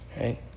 right